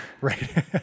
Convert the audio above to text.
right